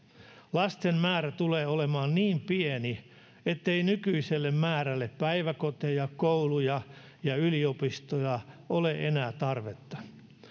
lasten määrä tulee olemaan niin pieni ettei nykyiselle määrälle päiväkoteja kouluja ja yliopistoja ole enää tarvetta